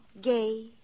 gay